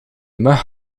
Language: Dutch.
mug